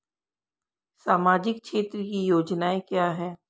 सामाजिक क्षेत्र की योजनाएं क्या हैं?